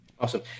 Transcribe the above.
Awesome